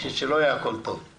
כדי שלא יהיה הכול טוב.